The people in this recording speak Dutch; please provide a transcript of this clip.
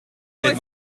deed